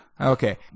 Okay